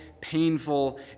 painful